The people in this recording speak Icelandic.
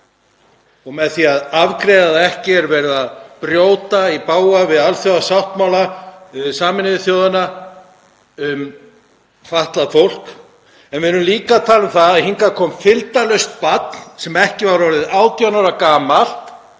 og með því að afgreiða það ekki er verið að brjóta í bága við alþjóðasáttmála Sameinuðu þjóðanna um fatlað fólk. En við erum líka að tala um að hingað kom fylgdarlaust barn, sem ekki var orðið 18 ára gamalt,